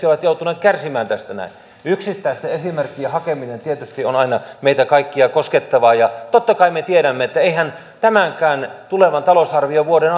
ovat joutuneet kärsimään tästä näin yksittäisten esimerkkien hakeminen tietysti on aina meitä kaikkia koskettavaa ja totta kai me tiedämme että eihän tämänkään tulevan talousarviovuoden